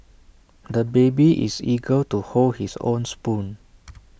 the baby is eager to hold his own spoon